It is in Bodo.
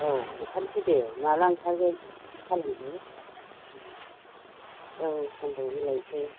औ ओंखारनोसै दे माला ओंखारगोन औ समबाराव मिलायनोसै